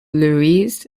louise